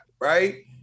Right